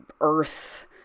earth